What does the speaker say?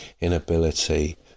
inability